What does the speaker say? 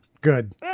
good